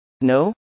No